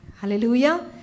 Hallelujah